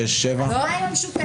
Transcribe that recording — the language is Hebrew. הצבעה לא אושרו.